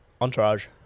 Entourage